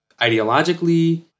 ideologically